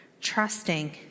trusting